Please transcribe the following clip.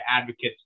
advocates